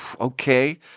okay